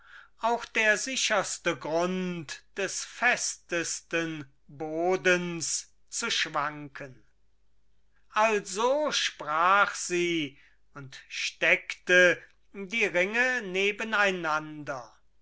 auch der sicherste grund des festesten bodens zu schwanken also sprach sie und steckte die ringe nebeneinander